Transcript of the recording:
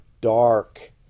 dark